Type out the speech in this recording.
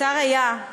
השר היה, היה ונעלם.